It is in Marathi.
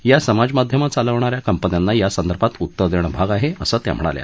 या समाजमाध्यमं चालवणार्या कंपन्यांना यासंदर्भात उत्तर देणं भाग आहे असं त्या म्हणाल्या